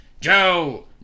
Joe